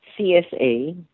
CSA